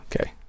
Okay